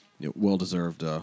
well-deserved